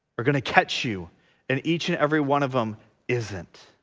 are gonna catch you and each and every one of them isn't